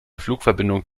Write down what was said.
flugverbindung